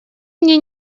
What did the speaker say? мне